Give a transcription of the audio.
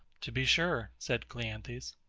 to be sure, said cleanthes.